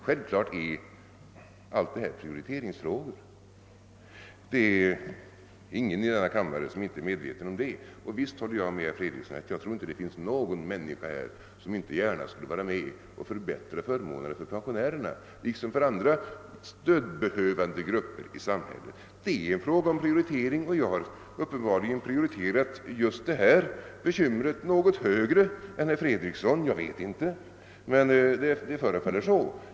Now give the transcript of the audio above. Självfallet är allt detta prioriteringsfrågor. Det finns ingen i denna kammare som inte är medveten om det, och visst håller jag med herr Fredriksson om att det knappast finns någon människa som inte gärna skulle vilja vara med om att förbättra förmånerna för pensionärerna liksom för andra stödbehövande grupper i samhället. Det är en fråga om prioritering, och jag har uppenbarligen prioriterat detta bekymmer något högre än herr Fredriksson — det förefaller så.